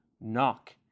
Knock